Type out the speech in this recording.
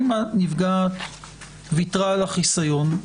אם הנפגעת ויתרה על החיסיון,